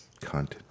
Cunt